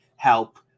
help